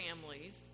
families